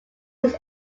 house